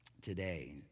today